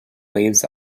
waves